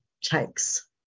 takes